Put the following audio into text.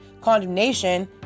Condemnation